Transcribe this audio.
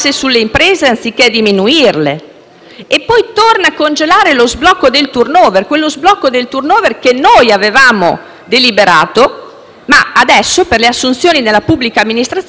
e torna a congelare lo sblocco del *turnover;* quello sblocco del *turnover* che noi avevamo deliberato, ma adesso per le assunzioni nella pubblica amministrazione dovremo aspettare ancora un anno.